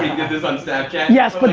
this on snapchat? yes. but